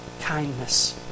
Kindness